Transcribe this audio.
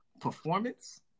performance